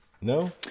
no